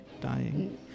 dying